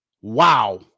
Wow